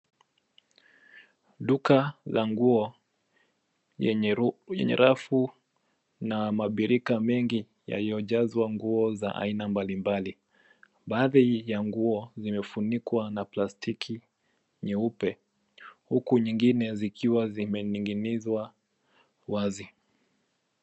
Duka la nguo lenye rafu na mabirika mengi yaliyojazwa nguo za aina mbalimbali. Baadhi ya nguo imefunikwa na plastiki nyeupe huku nyingine zikiwa zimening'inizwa wazi.